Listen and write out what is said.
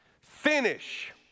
finish